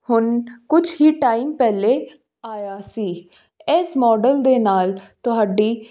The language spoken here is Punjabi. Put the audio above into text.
ਹੁਨ ਕੁਛ ਹੀ ਟਾਈਮ ਪਹਿਲਾਂ ਆਇਆ ਸੀ ਇਸ ਮੋਡਲ ਦੇ ਨਾਲ ਤੁਹਾਡੀ